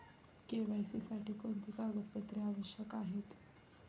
KYC साठी कोणती कागदपत्रे आवश्यक आहेत?